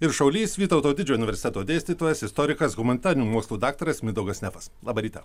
ir šaulys vytauto didžiojo universiteto dėstytojas istorikas humanitarinių mokslų daktaras mindaugas nefas labą rytą